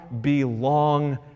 belong